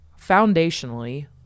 foundationally